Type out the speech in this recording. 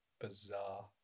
Bizarre